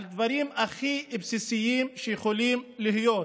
על דברים הכי בסיסיים שיכולים להיות,